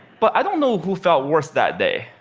but i don't know who felt worse that day.